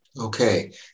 okay